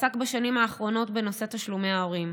עסק בשנים האחרונות בנושא תשלומי ההורים.